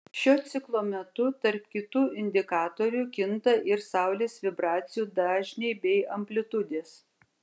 šio ciklo metu tarp kitų indikatorių kinta ir saulės vibracijų dažniai bei amplitudės